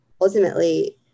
ultimately